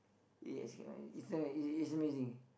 he escape he's uh he's he's amazing